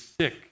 sick